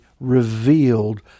revealed